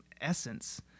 essence